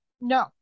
no